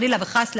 חלילה וחס,